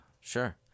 sure